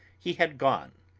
he had gone.